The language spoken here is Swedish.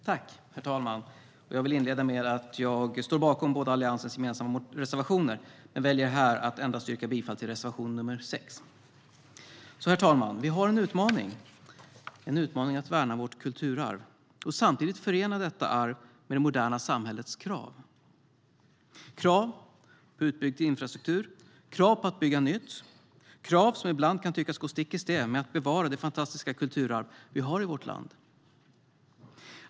Herr talman! Jag vill inleda med att säga att jag står bakom båda Alliansens gemensamma reservationer, men jag väljer här att yrka bifall endast till reservation nummer 6. Herr talman! Vi har en utmaning - en utmaning att värna vårt kulturarv och samtidigt förena detta arv med det moderna samhällets krav: krav på utbyggd infrastruktur, krav på att bygga nytt och krav som ibland kan tyckas gå stick i stäv med att bevara det fantastiska kulturarv vi har i vårt land.